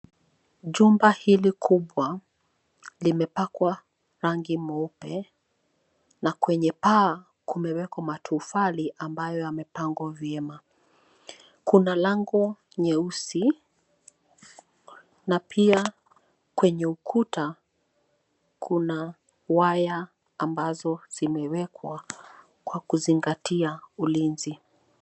Jumba hili kubwa limepakwa rangi mweupe na kwenye paa kumewekwa matufali ambayo yamepangwa vyema. Kuna lango nyeusi na pia kwenye ukuta kuna waya ambazo zimewekwa kwa kuzingatia ulinzi.